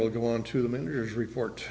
we'll go on to the miners report